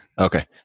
Okay